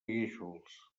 guíxols